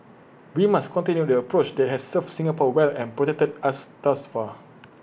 we must continue the approach that has served Singapore well and protected us thus far